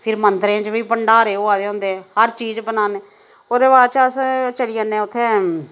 फिर मंदरें च बी भंडारे होआ दे होंदे हर चीज बनाने ओह्दे बाद च अस चली जन्ने उ'त्थें